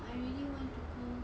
I really want to go